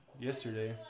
yesterday